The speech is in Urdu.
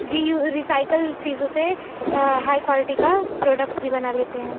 ری یو ریسائکل چیزوں سے ہائی کوالٹی کا پروڈکٹ بھی بنا لیتے ہیں